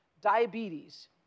Diabetes